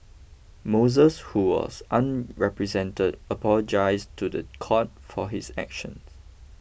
Moses who was unrepresented apologised to the court for his actions